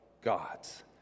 gods